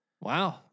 Wow